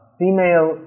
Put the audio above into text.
female